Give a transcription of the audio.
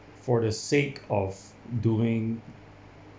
for the sake of doing